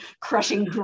crushing